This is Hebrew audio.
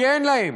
כי אין להם.